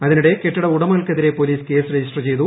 അതിനിടെ കെട്ടിട ഉടമകൾക്കെതിരെ പോലീസ് കേസ് രജിസ്റ്റർ ചെയ്തു